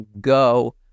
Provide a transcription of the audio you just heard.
go